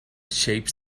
shapes